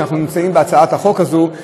כשאנחנו נמצאים בהצעת החוק הזאת,